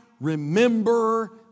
remember